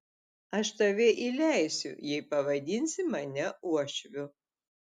aš tave įleisiu jei pavadinsi mane uošviu